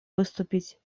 выступить